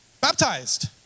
Baptized